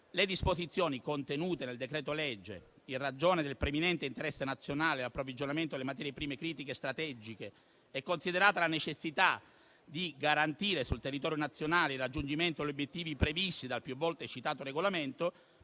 le disposizioni contenute nel decreto-legge, in ragione del preminente interesse nazionale all'approvvigionamento delle materie prime critiche strategiche e considerata la necessità di garantire sul territorio nazionale il raggiungimento degli obiettivi previsti dal più volte citato regolamento,